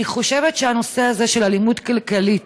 אני חושבת שהנושא הזה של אלימות כלכלית